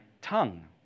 tongue